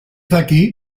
daki